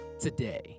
today